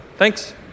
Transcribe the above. Thanks